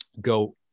go